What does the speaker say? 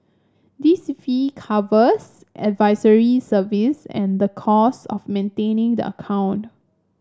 this fee covers advisory services and the cost of maintaining the account